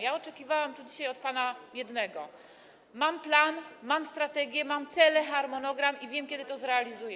Ja oczekiwałam tu dzisiaj od pana jednego: mam plan, mam strategię, mam cele, harmonogram i wiem, kiedy to zrealizuję.